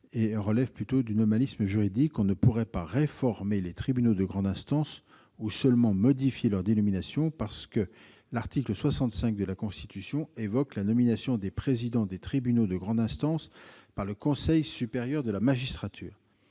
il relève plutôt du nominalisme juridique. On ne pourrait pas réformer les tribunaux de grande instance ou seulement modifier leur dénomination au motif que l'article 65 de la Constitution évoque la nomination des présidents des tribunaux de grande instance par le Conseil supérieur de la magistrature.